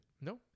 No